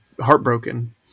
heartbroken